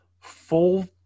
full